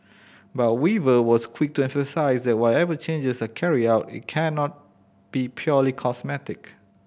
but Weaver was quick to emphasise that whatever changes are carried out it cannot be purely cosmetic